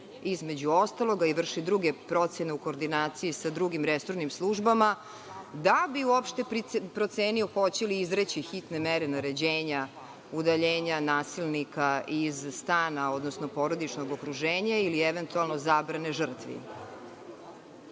između ostalog, a i vrši druge procene u koordinaciji sa drugim resornim službama, da bi uopšte procenio hoće li izreći hitne mere naređenja, udaljenja nasilnika iz stana, odnosno porodičnog okruženja ili eventualno zabrane žrtvi. Ono